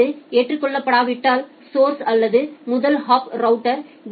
அது ஏற்றுக்கொள்ளப்பட்டால் சௌர்ஸ்அல்லது முதல் ஹாப் ரவுட்டர் டி